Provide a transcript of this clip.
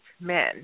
men